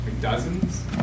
Dozens